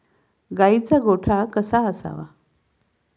गाईचा गोठा कसा असावा?